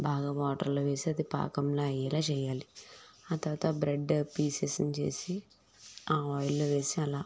బాగా వాటర్లో వేసి అది పాకంలా అయ్యేలా చెయ్యాలి ఆ తరవాత బ్రెడ్ పీసెస్ని చేసి ఆ ఆయిల్లో వేసి అలా